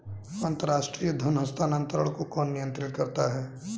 अंतर्राष्ट्रीय धन हस्तांतरण को कौन नियंत्रित करता है?